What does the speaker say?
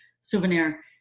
souvenir